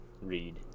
read